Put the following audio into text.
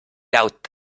out